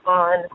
on